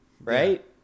right